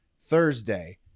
Thursday